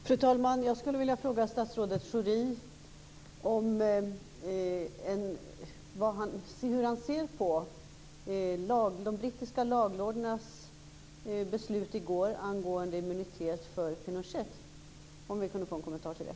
Fru talman! Jag skulle vilja fråga statsrådet Schori hur han ser på de brittiska laglordernas beslut i går angående immunitet för Pinochet.